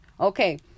Okay